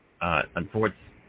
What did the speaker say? unfortunately